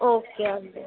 okay అండి